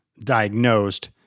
diagnosed